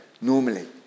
normally